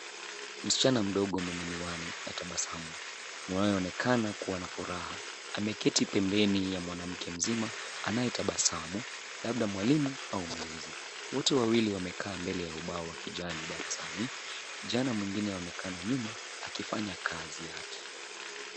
Msichana mdogo mwenye miwani anatabasamu anayeonekana kuwa na furaha, ameketi pembeni ya mwanamke mzima anayetabasamu, labda mwalimu au mlezi. Wote wawili wamekaa mbele ya ubao wa kijani darasani. Kijana mwingine aonekana nyuma akifanya kazi yake.